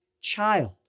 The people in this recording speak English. child